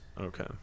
okay